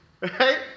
Right